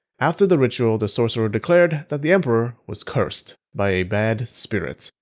after the ritual, the sorcerer declared that the emperor was cursed by a bad spirit,